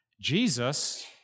Jesus